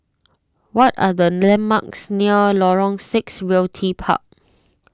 what are the landmarks near Lorong six Realty Park